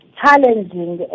challenging